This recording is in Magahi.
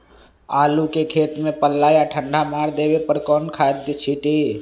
आलू के खेत में पल्ला या ठंडा मार देवे पर कौन खाद छींटी?